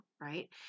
right